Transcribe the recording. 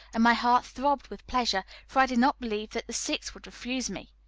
and my heart throbbed with pleasure, for i did not believe that the sixth would refuse me.